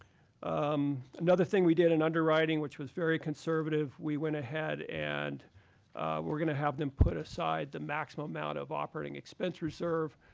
um another thing we did an underwriting, which was very conservative. we went ahead. and we're going to have them put aside the maximum amount of operating expense reserve,